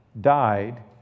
died